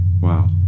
Wow